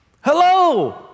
Hello